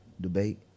debate